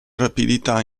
rapidità